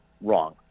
wrong